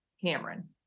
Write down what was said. cameron